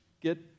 get